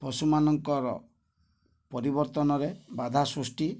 ପଶୁମାନଙ୍କର ପରିବର୍ତ୍ତନରେ ବାଧା ସୃଷ୍ଟି